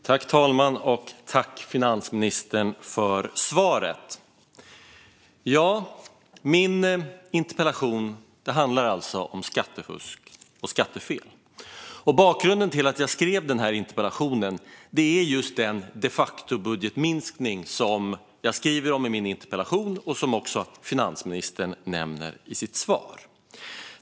Herr talman! Jag tackar finansministern för svaret. Min interpellation handlar alltså om skattefusk och skattefel. Bakgrunden till att jag skrev den är just den de facto-budgetminskning som jag skriver om i min interpellation och som också finansministern nämner i sitt svar.